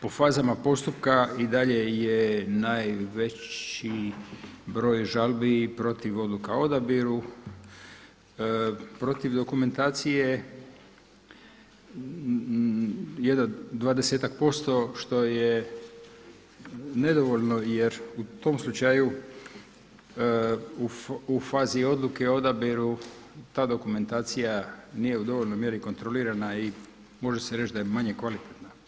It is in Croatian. Po fazama postupka i dalje je najveći broj žalbi protiv odluka o odabiru, protiv dokumentacije jedno dvadesetak posto što je nedovoljno jer u tom slučaju u fazi odluke o odabiru ta dokumentacija nije u dovoljnoj mjeri kontrolirana i može se reći da je manje kvalitetna.